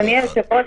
אדוני היושב-ראש,